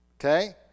Okay